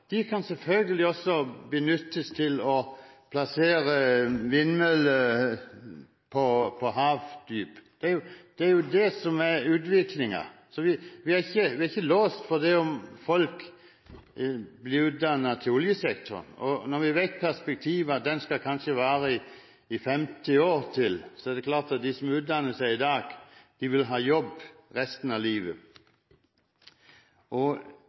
De som har kunnskap om olje, realister, kan selvfølgelig også benyttes til å plassere vindmøller på havdyp. Det er det som er utviklingen. Vi er ikke låst fordi om folk blir utdannet til oljesektoren. Når vi kjenner perspektivet – at den kanskje skal vare i 50 år til – er det klart at de som utdanner seg i dag, vil ha jobb resten av livet.